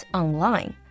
online